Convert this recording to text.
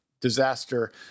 disaster